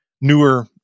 newer